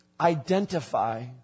identify